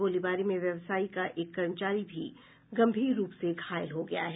गोलीबारी में व्यवसायी का एक कर्मचारी भी गम्भीर रूप से घायल हो गया है